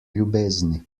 ljubezni